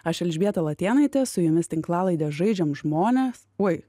aš elžbieta latėnaitė su jumis tinklalaidė žaidžiam žmones oi